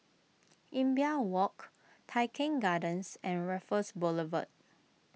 Imbiah Walk Tai Keng Gardens and Raffles Boulevard